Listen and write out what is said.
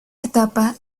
etapa